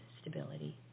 stability